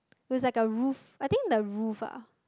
it was like a roof I think the roof ah